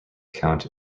account